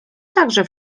także